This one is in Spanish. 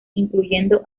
incluyendo